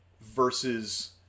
versus